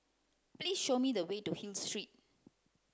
please show me the way to Hill Street